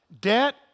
Debt